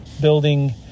building